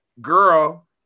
Girl